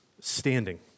standing